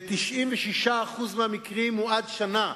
ב-96% מהמקרים הוא עד שנה.